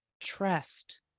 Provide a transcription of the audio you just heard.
trust